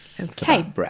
Okay